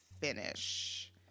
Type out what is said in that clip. finish